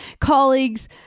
colleagues